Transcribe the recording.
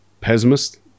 pessimist